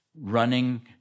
Running